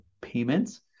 payments